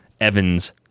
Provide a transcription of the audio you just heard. Evans